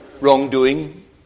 wrongdoing